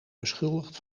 beschuldigd